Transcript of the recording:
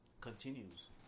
continues